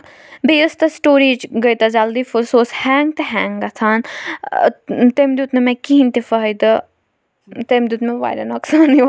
بیٚیہِ ٲس تَتھ سِٹوریج گٔے تَتھ جلدی فُل سُہ اوس ہینٛگ تہِ ہینٛگ گژھان تٔمۍ دیُت نہٕ مےٚ کِہیٖنٛۍ تہِ فٲہِدٕ تٔمۍ دیُت مےٚ واریاہ نۄقصان یِوت